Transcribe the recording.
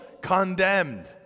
condemned